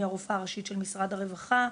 אני הרופאה הראשית של משרד הרווחה.